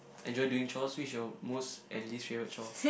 enjoy doing chores which is your most and least chores